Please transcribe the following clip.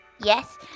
Yes